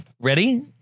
ready